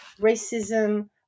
racism